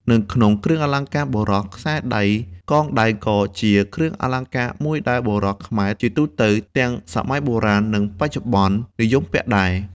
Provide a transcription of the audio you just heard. នៅក្នុងគ្រឿងអលង្ការបុរស ខ្សែដៃ /កងដៃក៏ជាគ្រឿងអលង្ការមួយដែលបុរសខ្មែរជាទូទៅ ទាំងសម័យបុរាណ និងបច្ចុប្បន្ន និយមពាក់ដែរ។